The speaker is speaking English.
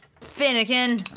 Finnegan